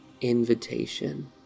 invitation